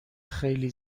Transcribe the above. خیلی